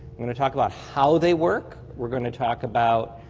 we're going to talk about how they work, we're going to talk about